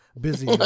Busy